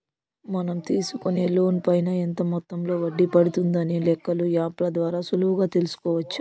మనం తీసుకునే లోన్ పైన ఎంత మొత్తంలో వడ్డీ పడుతుందనే లెక్కలు యాప్ ల ద్వారా సులువుగా తెల్సుకోవచ్చు